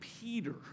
Peter